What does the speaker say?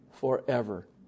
forever